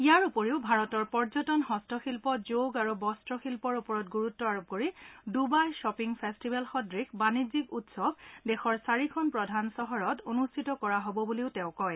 ইয়াৰ উপৰি ভাৰতৰ পৰ্যটন হস্তশিল্প যোগ আৰু বস্ত্ৰ শিল্পৰ ওপৰত গুৰুত্ব আৰোপ কৰি ডুবাই খপিং ফেচটিভেল সদৃশ বাণিজ্যিক উৎসৱ দেশৰ চাৰিখন প্ৰধান স্থানত অনুষ্ঠিত কৰা হ'ব বুলিও তেওঁ কয়